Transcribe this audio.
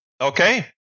Okay